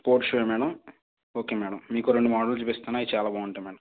sports షూయే madam okay madam మీకు రెండు మోడళ్ళు చూపిస్తాను అవి చాలా బాగుంటాయ్ మ్యాడం